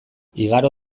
igaro